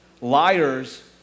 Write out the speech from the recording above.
liars